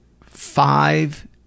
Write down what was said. five